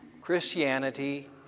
Christianity